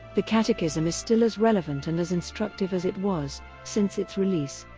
the catechism is still as relevant and as instructive as it was since its release.